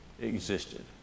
existed